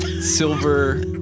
silver